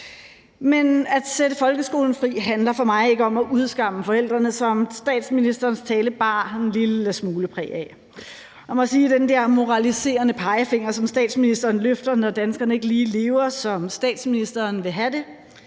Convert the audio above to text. men at sætte folkeskolen fri handler for mig ikke om at udskamme forældrene, som statsministerens tale bar en lille smule præg af. Og jeg må sige, at den der moraliserende pegefinger, som statsministeren løfter, når danskerne ikke lige lever, som statsministeren vil have det,